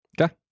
okay